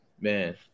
man